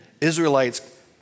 Israelites